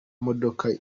modoka